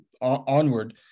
onward